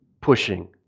pushing